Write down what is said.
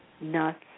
nuts